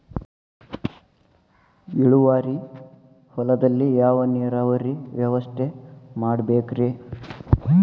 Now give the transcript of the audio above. ಇಳುವಾರಿ ಹೊಲದಲ್ಲಿ ಯಾವ ನೇರಾವರಿ ವ್ಯವಸ್ಥೆ ಮಾಡಬೇಕ್ ರೇ?